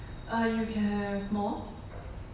err you can have more